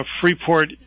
freeport